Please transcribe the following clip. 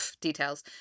details